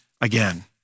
again